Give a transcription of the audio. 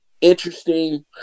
interesting